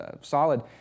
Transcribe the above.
solid